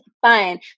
fine